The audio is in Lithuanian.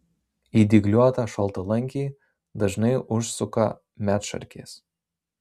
į dygliuotą šaltalankį dažnai užsuka medšarkės